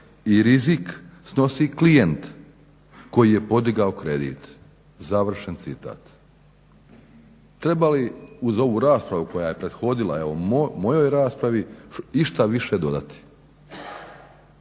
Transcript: i rizik snosi klijent koji je podigao kredit.", završen citat. Treba li uz ovu raspravu koja je prethodila evo mojoj raspravi išta više dodati?